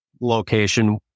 location